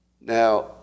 Now